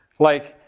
like,